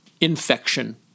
infection